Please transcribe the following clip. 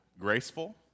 graceful